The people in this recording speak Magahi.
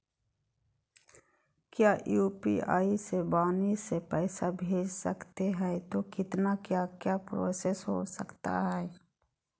क्या यू.पी.आई से वाणी से पैसा भेज सकते हैं तो कितना क्या क्या प्रोसेस हो सकता है?